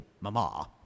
mama